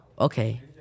Okay